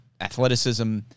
athleticism